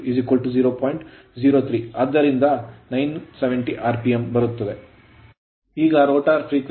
ಈಗ rotor current frequency rotor current frequency ಸ್ತಬ್ಧವಾಗಿದ್ದಾಗ f2ಎಷ್ಟು